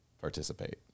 participate